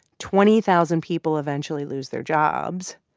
twenty-thousand people eventually lose their jobs.